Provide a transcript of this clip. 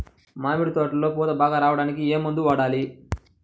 మామిడి తోటలో పూత బాగా రావడానికి ఏ మందు వాడాలి?